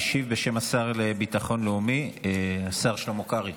משיב בשם השר לביטחון לאומי השר שלמה קרעי,